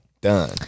done